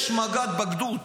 יש מג"ד בגדוד,